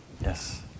Yes